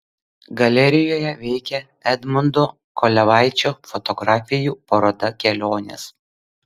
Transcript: galerijoje veikia edmundo kolevaičio fotografijų paroda kelionės